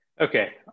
Okay